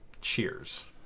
Cheers